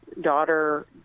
daughter